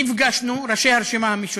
נפגשנו, ראשי הרשימה המשותפת,